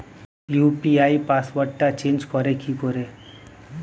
UPI পাসওয়ার্ডটা change করে কি করে?